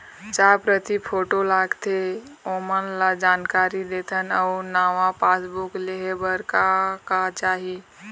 चार प्रति फोटो लगथे ओमन ला जानकारी देथन अऊ नावा पासबुक लेहे बार का का चाही?